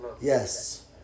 Yes